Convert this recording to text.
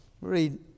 Read